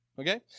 Okay